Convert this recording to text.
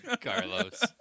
Carlos